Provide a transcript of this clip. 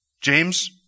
James